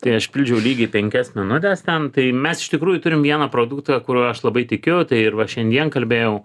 tai aš pildžiau lygiai penkias minutes ten tai mes iš tikrųjų turim vieną produktą kuriuo aš labai tikiu tai ir va šiandien kalbėjau